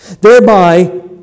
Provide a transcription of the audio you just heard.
Thereby